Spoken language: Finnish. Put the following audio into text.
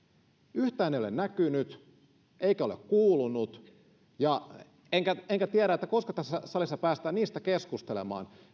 yhtään ei ole näkynyt eikä ole kuulunut enkä enkä tiedä koska tässä salissa päästään niistä keskustelemaan